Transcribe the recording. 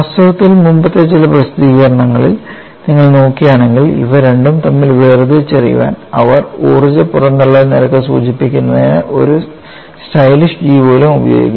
വാസ്തവത്തിൽ മുമ്പത്തെ ചില പ്രസിദ്ധീകരണങ്ങളിൽ നിങ്ങൾ നോക്കുകയാണെങ്കിൽ ഇവ രണ്ടും തമ്മിൽ വേർതിരിച്ചറിയാൻ അവർ ഊർജ്ജ പുറന്തള്ളൽ നിരക്ക് സൂചിപ്പിക്കുന്നതിന് ഒരു സ്റ്റൈലിഷ് G പോലും ഉപയോഗിക്കുന്നു